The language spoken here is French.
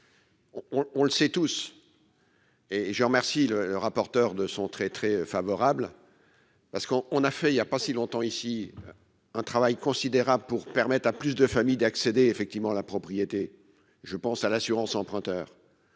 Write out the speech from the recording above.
on le sait tous, et je remercie le rapporteur de son très très favorable, parce qu'on on a fait il y a pas si longtemps ici un travail considérable pour permettre à plus de familles d'accéder effectivement la propriété, je pense à l'assurance emprunteur